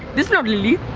this not lilly.